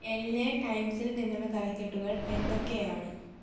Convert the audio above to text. LA ടൈംസിൽ നിന്നുള്ള തലക്കെട്ടുകൾ എന്തൊക്കെയാണ്